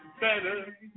better